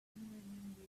remember